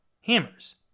hammers